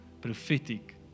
prophetic